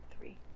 Three